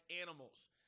animals